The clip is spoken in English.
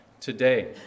today